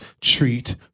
treat